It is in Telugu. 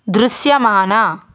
దృశ్యమాన